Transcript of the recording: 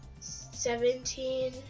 seventeen